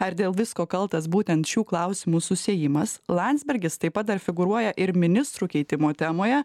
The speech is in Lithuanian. ar dėl visko kaltas būtent šių klausimų susiejimas landsbergis taip pat dar figūruoja ir ministrų keitimo temoje